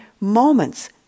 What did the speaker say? moments